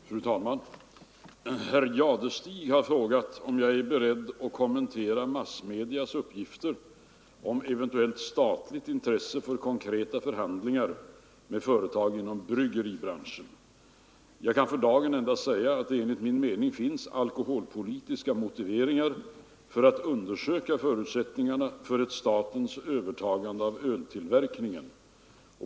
Fru talman! Herr Jadestig har frågat mig om jag är beredd att kommentera massmedias uppgifter om eventuellt statligt intresse för konkreta förhandlingar med företag inom bryggeribranschen. Jag kan för dagen endast säga att det enligt min mening finns alkoholpolitiska motiveringar för att undersöka förutsättningarna för ett statens övertagande av öltillverkningen.